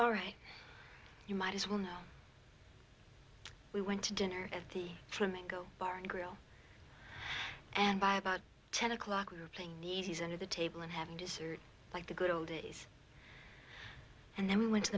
all right you might as well know we went to dinner at the flamingo bar and grill and by about ten o'clock we were playing these under the table and having dessert like the good old days and then we went to